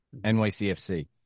NYCFC